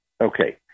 Okay